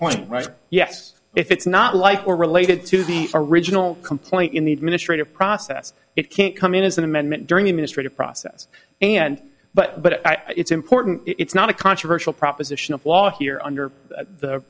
point right yes if it's not life or related to the original complaint in the administrative process it can't come in as an amendment during administrative process and but i think it's important it's not a controversial proposition of law here under the